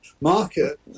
market